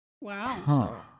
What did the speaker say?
Wow